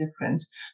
difference